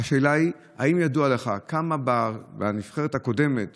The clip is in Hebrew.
השאלה היא אם ידוע לך כמה מהנבחרת הקודמת